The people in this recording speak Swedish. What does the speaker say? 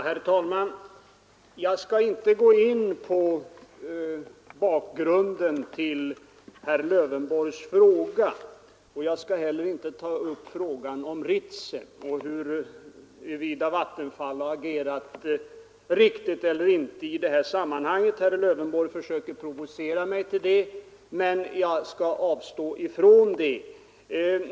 Herr talman! Jag skall inte gå in på bakgrunden till herr Lövenborgs fråga. Jag skall heller inte ta upp frågan om Ritsem och huruvida Vattenfall har agerat riktigt eller inte i det sammanhanget. Herr Lövenborg försöker provocera mig till det, men jag skall avstå.